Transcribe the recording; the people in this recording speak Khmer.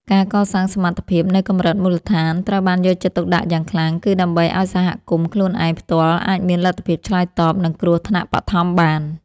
ការកសាងសមត្ថភាពនៅកម្រិតមូលដ្ឋានត្រូវបានយកចិត្តទុកដាក់យ៉ាងខ្លាំង គឺដើម្បីឱ្យសហគមន៍ខ្លួនឯងផ្ទាល់អាចមានលទ្ធភាពឆ្លើយតបនឹងគ្រោះថ្នាក់បឋមបាន។